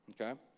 Okay